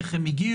איך הם הגיעו?